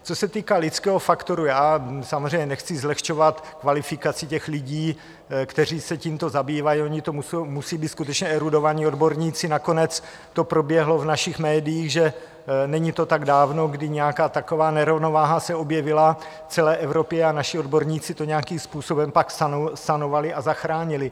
Co se týká lidského faktoru, samozřejmě nechci zlehčovat kvalifikaci těch lidí, kteří se tímto zabývají, oni to musí být skutečně erudovaní odborníci, nakonec to proběhlo v našich médiích, že není to tak dávno, kdy nějaká taková nerovnováha se objevila v celé Evropě a naši odborníci to nějakým způsobem pak sanovali a zachránili.